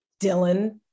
Dylan